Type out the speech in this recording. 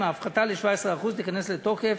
ההפחתה ל-17% תיכנס לתוקף